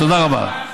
תודה רבה.